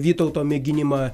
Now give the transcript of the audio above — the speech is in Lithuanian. vytauto mėginimą